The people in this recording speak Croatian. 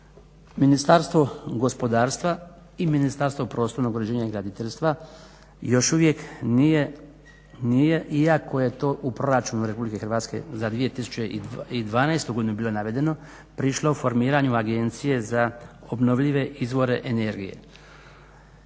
Ministarstvo gospodarstva i ministarstvo prostornog uređenja i graditeljstva još uvijek nije iako je to u Proračunu RH za 2012. godinu bilo navedeno prišlo formiranju Agencije za obnovljive izvore energije.